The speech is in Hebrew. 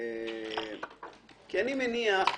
אני מניח,